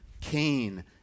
Cain